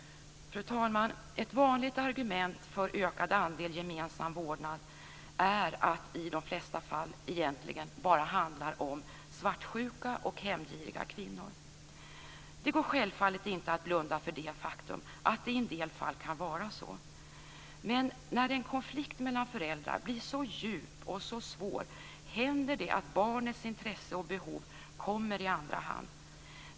Fru talman! Ett vanligt argument för ökad andel gemensam vårdnad är att det i de flesta fall egentligen bara handlar om svartsjuka och hämndgiriga kvinnor. Självfallet går det inte att blunda för det faktum att det kan vara så i en del fall. När en konflikt mellan föräldrar blir tillräckligt djup och svår händer det att barnets intresse och behov kommer i andra hand.